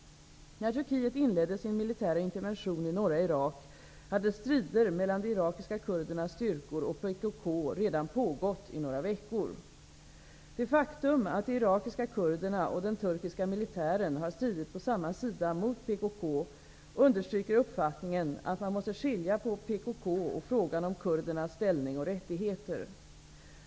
När Turkiet inledde sin militära intervention i norra Irak hade strider mellan de irakiska kurdernas styrkor och PKK redan pågått i några veckor. Det faktum att de irakiska kurderna och den turkiska militären har stridit på samma sida mot PKK understryker uppfattningen att man måste skilja på PKK och frågan om kurdernas ställning och rättigheter.